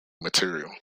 material